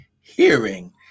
hearing